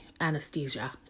anesthesia